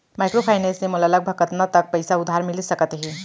Microfinance से मोला लगभग कतना पइसा तक उधार मिलिस सकत हे?